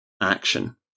action